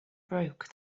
broke